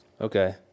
Okay